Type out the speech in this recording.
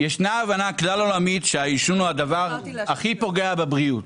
יש הבנה כלל עולמית שהעישון הוא הדבר הכי פוגע בבריאות